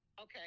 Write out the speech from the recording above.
Okay